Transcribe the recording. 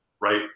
right